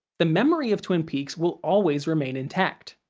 the memory of twin peaks will always remain intact.